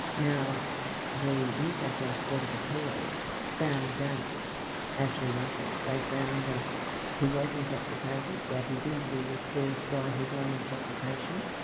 now the new south wales court of appeal found against ashley russell, they found that he was intoxicated, that his injury was caused by his own intoxication,